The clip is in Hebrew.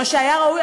מה שהיה ראוי,